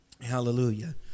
Hallelujah